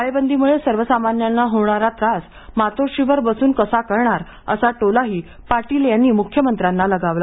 टाळेबंदीमुळे सर्वसामान्यांना होणारा त्रास मातोश्रीवर बसून कसा कळणार असा टोलाही पाटील यांनी मुख्यमंत्र्यांना लगावला